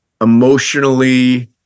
emotionally